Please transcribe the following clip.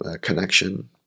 connection